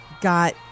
got